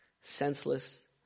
senseless